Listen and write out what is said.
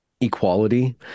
equality